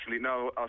no